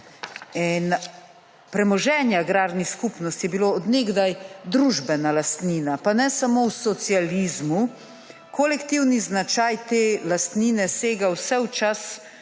Premoženje agrarnih skupnosti je bilo od nekaj družbena lastnina, pa ne samo v socializmu, kolektivni značaj te lastnine sega vse v čas